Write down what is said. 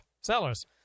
sellers